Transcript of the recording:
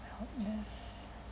helpless